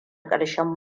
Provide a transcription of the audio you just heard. ƙarshen